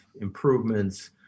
improvements